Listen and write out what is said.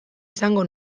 esango